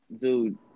dude